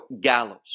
gallows